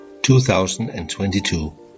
2022